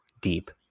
deep